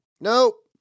nope